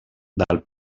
del